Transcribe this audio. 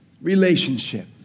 relationship